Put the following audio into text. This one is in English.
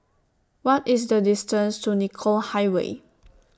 What IS The distance to Nicoll Highway